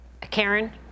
Karen